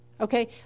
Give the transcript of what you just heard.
okay